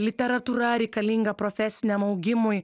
literatūra reikalinga profesiniam augimui